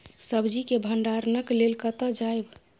सब्जी के भंडारणक लेल कतय जायब?